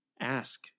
ask